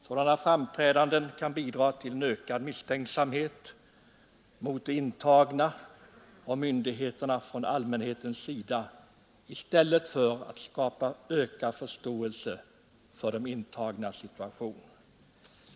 Sådana framträdanden kan bidra till en ökad misstänksamhet från allmänhetens sida mot de intagna och myndigheterna i stället för att skapa ökad förståelse för de intagnas situation.